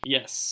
Yes